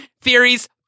theories